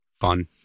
Fun